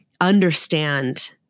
understand